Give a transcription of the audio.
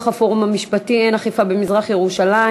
הפורום המשפטי: אין אכיפה במזרח-ירושלים,